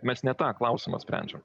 mes ne tą klausimą sprendžiam